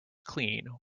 clean